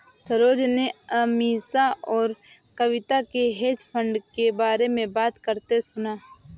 सरोज ने अमीषा और कविता को हेज फंड के बारे में बात करते सुना